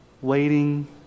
waiting